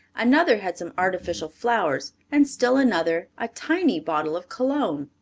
another had some artificial flowers, and still another a tiny bottle of cologne.